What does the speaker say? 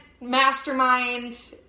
mastermind